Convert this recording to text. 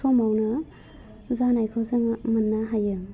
समावनो जानायखौ जोङो मोन्नो हायो